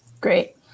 Great